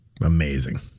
Amazing